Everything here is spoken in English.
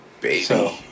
baby